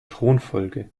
thronfolge